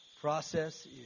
process